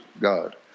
God